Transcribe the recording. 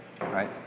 right